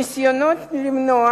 ניסיונות למנוע